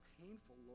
painful